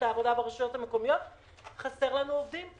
העבודה ברשויות המקומיות: חסרים לנו עובדים,